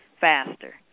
faster